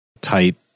tight